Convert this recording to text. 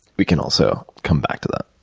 we can also come back to that.